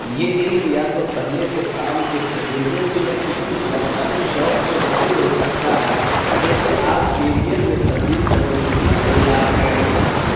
یہ علم یا تو پہلے سے کام کے تجربے سے یا کسی ذاتی شوق سے حاصل ہو سکتا ہے جسے آپ کیریئر میں تبدیل کرنے کے لیے تیار ہیں